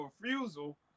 refusal